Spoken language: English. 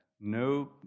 No